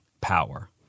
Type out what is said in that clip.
power